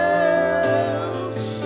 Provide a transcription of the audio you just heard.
else